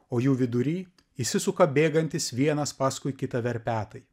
o jų vidury įsisuka bėgantys vienas paskui kitą verpetai